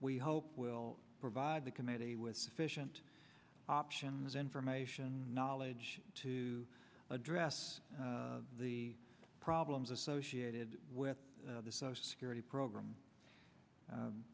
we hope will provide the committee with sufficient options information knowledge to address the problems associated with the social security program